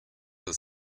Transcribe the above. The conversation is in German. der